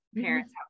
parents